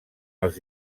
els